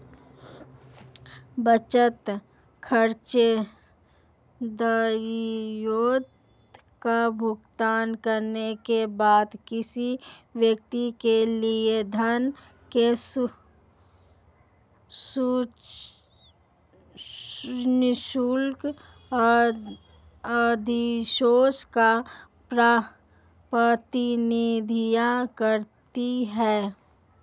बचत, खर्चों, दायित्वों का भुगतान करने के बाद किसी व्यक्ति के लिए धन के शुद्ध अधिशेष का प्रतिनिधित्व करती है